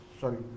Sorry